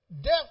Death